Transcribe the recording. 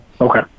Okay